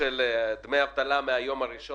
בסוף